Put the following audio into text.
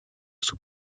sous